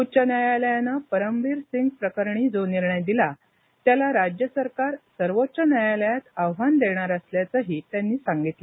उच्च न्यायालयाने परमबीर सिंग प्रकरणी जो निर्णय दिला त्याला राज्य सरकार सर्वोच्च न्यायालयात आव्हान देणार असल्याचंही त्यांनी सांगितलं